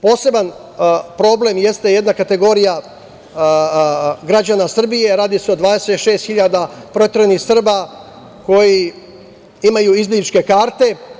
Poseban problem jeste jedna kategorija građana Srbije, radi se o 26 hiljada proteranih Srba koji imaju izbegličke karte.